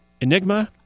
Enigma